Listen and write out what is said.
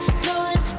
stolen